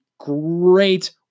great